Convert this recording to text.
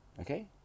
Okay